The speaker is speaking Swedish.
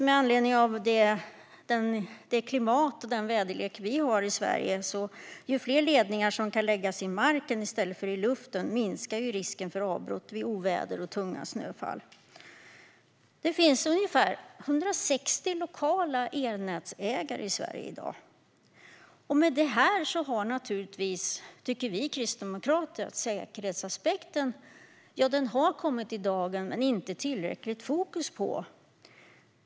Med anledning av klimatet och den väderlek vi har i Sverige vet vi att ju fler ledningar som kan läggas i marken, desto mindre är risken för avbrott vid oväder och tunga snöfall. Det finns ungefär 160 lokala elnätsägare i Sverige i dag. Med detta har naturligtvis säkerhetsaspekten kommit i dagen men inte tillräckligt i fokus, tycker vi kristdemokrater.